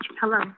Hello